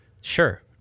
Sure